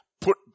put